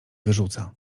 wyrzuca